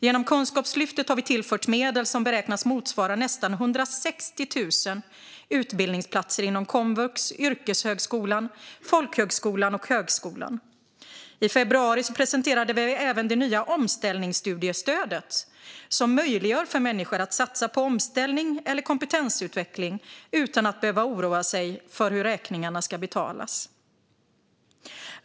Genom Kunskapslyftet har vi tillfört medel som beräknas motsvara nästan 160 000 utbildningsplatser inom komvux, yrkeshögskolan, folkhögskolan och högskolan. I februari presenterade vi även det nya omställningsstudiestödet, som möjliggör för människor att satsa på omställning eller kompetensutveckling utan att behöva oroa sig för hur räkningarna ska betalas.